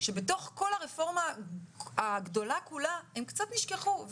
שבתוך כל הרפורמה הגדולה כולה הם קצת נשכחו,